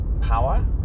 power